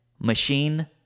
machine